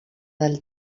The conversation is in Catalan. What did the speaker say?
del